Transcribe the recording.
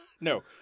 No